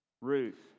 Ruth